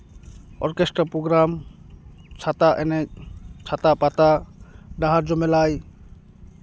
orchestra programme ᱪᱷᱟᱛᱟ ᱮᱱᱮᱡ ᱪᱷᱟᱛᱟ ᱯᱟᱛᱟ ᱰᱟᱦᱟᱨ ᱡᱚᱢᱮᱞᱟᱭ